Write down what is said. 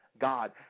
God